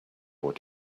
what